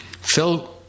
Phil